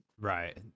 right